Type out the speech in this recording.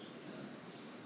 ya